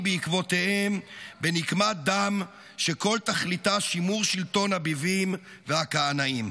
בעקבותיהם בנקמת דם שכל תכליתה שימור שלטון הביבים והקנאים.